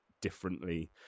differently